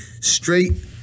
straight